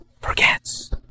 forgets